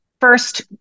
first